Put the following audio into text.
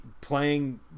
playing